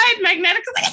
magnetically